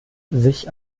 sich